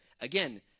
Again